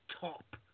top